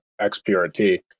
XPRT